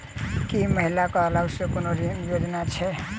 की महिला कऽ अलग सँ कोनो ऋण योजना छैक?